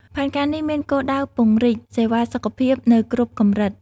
ផែនការនេះមានគោលដៅពង្រីកសេវាសុខភាពនៅគ្រប់កម្រិត។